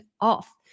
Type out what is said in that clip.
off